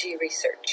research